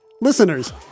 Listeners